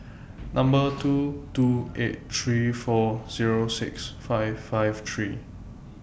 Number two two eight three four Zero six five five three